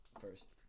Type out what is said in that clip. first